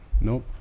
Nope